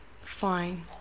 fine